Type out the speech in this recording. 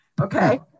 okay